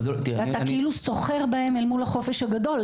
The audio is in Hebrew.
אתה כאילו סוחר בהם אל מול החופש הגדול,